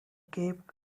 cape